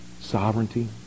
sovereignty